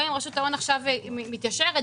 גם אם רשות ההון עכשיו מתיישרת,